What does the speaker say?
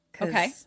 Okay